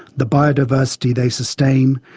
the biodiversity they sustain,